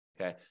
Okay